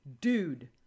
Dude